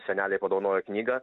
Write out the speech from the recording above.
senelei padovanojo knygą